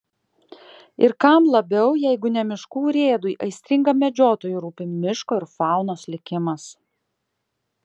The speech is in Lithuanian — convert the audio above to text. ir kam labiau jeigu ne miškų urėdui aistringam medžiotojui rūpi miško ir faunos likimas